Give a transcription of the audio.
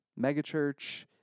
megachurch